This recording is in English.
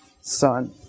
Son